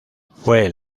fue